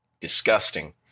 disgusting